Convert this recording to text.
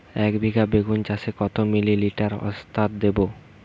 একবিঘা বেগুন চাষে কত মিলি লিটার ওস্তাদ দেবো?